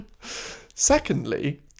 Secondly